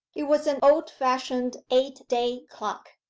it was an old-fashioned eight-day clock,